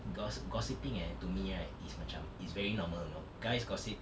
gos~ gossipping eh to me right is macam is very normal you know guys gossip